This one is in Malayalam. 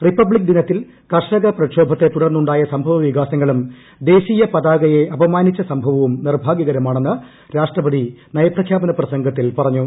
റിപ്തബ്ലിക് ദിനത്തിൽ കർഷക പ്രക്ഷോഭത്തെ തുടർന്നൂണ്ട്രായ് സംഭവവികാസങ്ങളും ദേശീയ പതാകയെ അപമാനിച്ച സ്റ്റ്ഭവ്വും നിർഭാഗ്യകരമാണെന്ന് രാഷ്ട്രപതി നയപ്രഖ്യാപന പ്രപ്പസംഗത്തിൽ പറഞ്ഞു